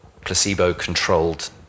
placebo-controlled